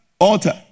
altar